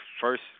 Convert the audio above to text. first